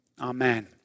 Amen